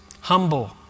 Humble